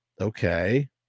Okay